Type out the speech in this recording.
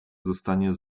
zostanie